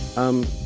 um